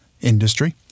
industry